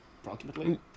approximately